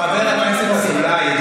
חבר הכנסת אזולאי,